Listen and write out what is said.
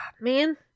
Man